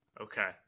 Okay